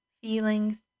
feelings